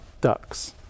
ducks